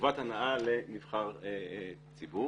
טובת הנאה לנבחר ציבור.